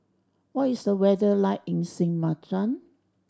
what is the weather like in Sint Maarten